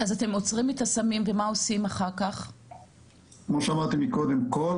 אז אתם עוצרים את הסמים, ומה אתם עושים אחר כך?